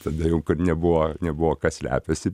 tada jau nebuvo nebuvo kas slepiasi